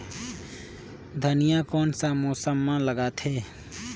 धनिया कोन सा मौसम मां लगथे?